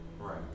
right